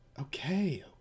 Okay